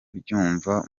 mbyumva